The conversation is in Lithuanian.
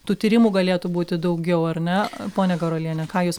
tų tyrimų galėtų būti daugiau ar ne ponia garuoliene ką jūs